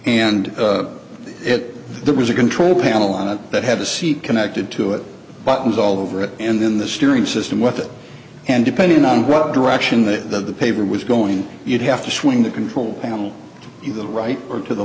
there was a control panel on it that had a seat connected to it buttons all over it and in the steering system with it and depending on what direction the paper was going you'd have to swing the control panel in the right or to the